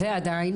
ועדיין